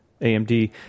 AMD